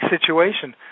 situation